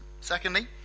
Secondly